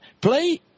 Play